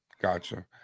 Gotcha